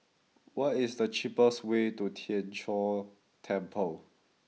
what is the cheapest way to Tien Chor Temple